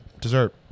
dessert